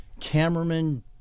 cameraman